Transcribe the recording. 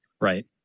right